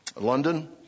London